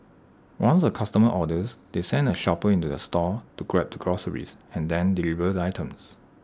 once A customer orders they send A shopper into the store to grab the groceries and then deliver the items